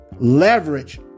Leverage